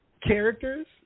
characters